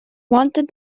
wanted